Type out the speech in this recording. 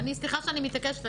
סליחה שאני מתעקשת,